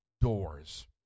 doors